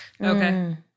okay